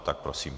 Tak prosím.